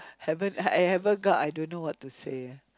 haven't I ever got I don't know what to say eh